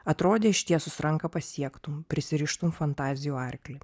atrodė ištiesus ranką pasiektum prisirištum fantazijų arklį